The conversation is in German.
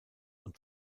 und